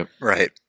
right